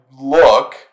look